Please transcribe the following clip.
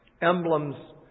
emblems